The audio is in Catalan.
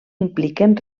impliquen